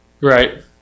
Right